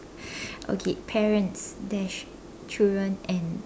okay parents dash children and